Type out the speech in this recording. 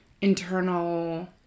internal